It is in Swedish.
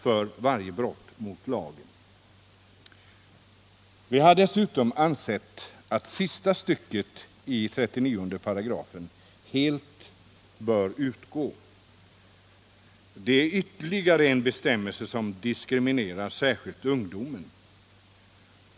för varje brott mot lagen. Vi har dessutom ansett att sista stycket i 39 § helt bör utgå. Det är ytterligare en bestämmelse som diskriminerar särskilt ungdomen.